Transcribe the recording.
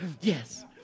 yes